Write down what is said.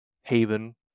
haven